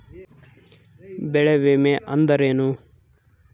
ಬೆಳೆ ವಿಮೆ ಅಂದರೇನು?